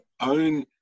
own